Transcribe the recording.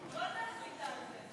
גולדה החליטה על זה.